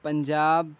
Punjab